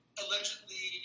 allegedly